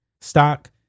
stock